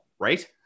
Right